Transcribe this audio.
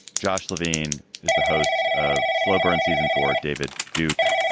josh levine is the host of sloper and sees. and for david duke.